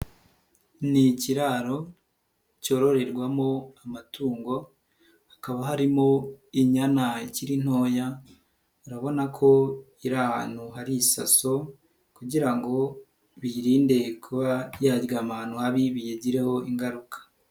Ni ikiraro cyororerwamo amatungo hakaba harimo inyana ikiri ntoya, urabona ko iri ahantu hari isaso kugira ngo biyirinde kuba yaryama habi biyagireho ingaruka.